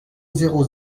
zéro